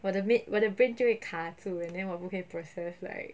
我的 mate 我的 brain 就会卡住 and then 我不可以 process like